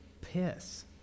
Piss